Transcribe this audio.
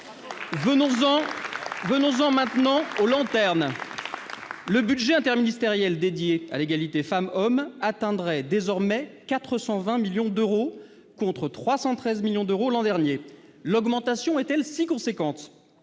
Venons-en maintenant aux lanternes. Le budget interministériel dédié à l'égalité entre les femmes et les hommes atteindrait désormais 420 millions d'euros, contre 313 millions l'an dernier. L'augmentation est-elle si importante ?